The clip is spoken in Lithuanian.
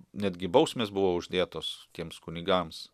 netgi bausmės buvo uždėtos tiems kunigams